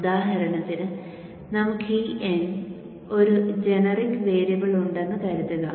ഉദാഹരണത്തിന് നമുക്ക് ഈ N ഒരു ജനറിക് വേരിയബിൾ ഉണ്ടെന്ന് കരുതുക